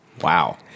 wow